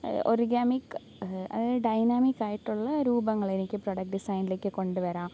origamic അതായത് dynamic ആയിട്ടുള്ള രൂപങ്ങൾ എനിക്ക് പ്രൊഡക്ട് ഡിസൈനിലേക്ക് എനിക്ക് കൊണ്ടുവരാം